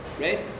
right